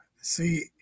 See